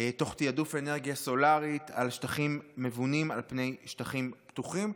תוך תיעדוף אנרגיה סולארית על שטחים מבונים על פני שטחים פתוחים.